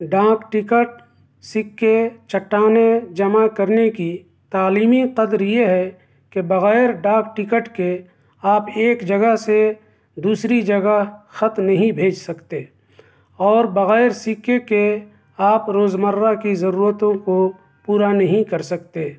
ڈاک ٹکٹ سکّے چٹّانیں جمع کرنے کی تعلیمی قدر یہ ہے کہ بغیر ڈاک ٹکٹ کے آپ ایک جگہ سے دوسری جگہ خط نہیں بھیج سکتے اور بغیر سکّے کے آپ روزمرہ کی ضرورتوں کو پورا نہیں کر سکتے